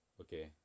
Okay